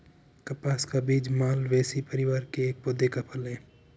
कपास का बीज मालवेसी परिवार के एक पौधे का फल है